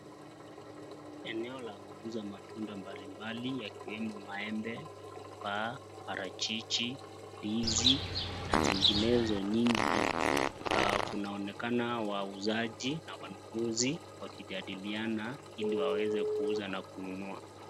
Eneo la kuuza matunda mbalimbali yakiwemo maembe, tufaa, parachichi, ndizi na zinginezo nyingi. Kunaonekana wauzaji na wanunuzi wakijadiliana ili waweze kuuza na kununua.